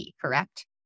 correct